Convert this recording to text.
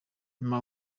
nyuma